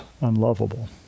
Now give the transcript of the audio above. unlovable